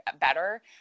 better